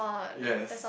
yes